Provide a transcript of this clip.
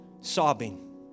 sobbing